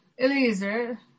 Eliezer